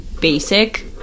basic